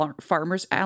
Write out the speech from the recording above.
farmer's